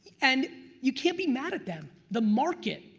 and you can't be mad at them. the market,